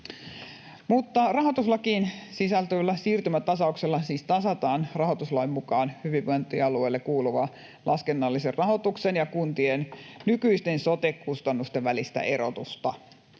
Rahoituslakiin sisältyvällä siirtymätasauksella siis tasataan rahoituslain mukaan hyvinvointialueelle kuuluvaa laskennallisen rahoituksen ja kuntien nykyisten sote-kustannusten välistä erotusta.